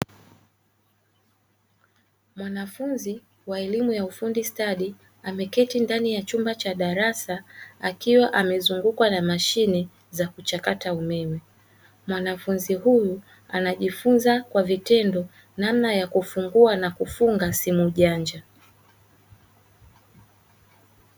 Mwanafunzi wa elimu ya ufundi stadi ameketi ndani ya chumba cha darasa akiwa amezungukwa na mashine za kuchakata umeme, mwanafunzi huyu anajifunza kwa vitendo namna ya kufungua na kufunga simu janja.